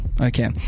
okay